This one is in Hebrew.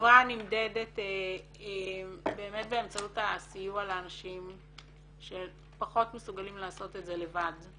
חברה נמדדת באמצעות הסיוע לאנשים שפחות מסוגלים לעשות את זה לבד.